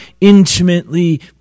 intimately